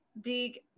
big